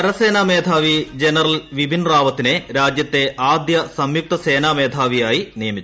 കരസേനാ മേധാവി ജനറൽ ബിപിൻ റാവത്തിനെ രാജ്യത്തെ ആദൃ സംയുക്ത സേനാ മേധാവിയായി നിയമിച്ചു